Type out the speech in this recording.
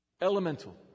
elemental